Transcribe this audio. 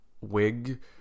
wig